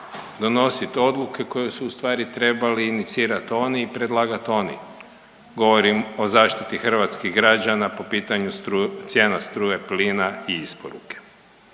donosit odluke koje su u stvari trebali inicirati oni i predlagat oni. Govorim o zaštiti hrvatskih građana po pitanju cijena struje, plina i isporuke.